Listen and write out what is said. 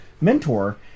mentor